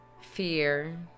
fear